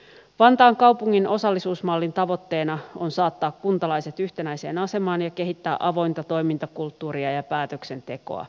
vantaan kaupungin osallisuusmallin tavoitteena on saattaa kuntalaiset yhtenäiseen asemaan ja kehittää avointa toimintakulttuuria ja päätöksentekoa